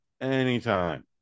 anytime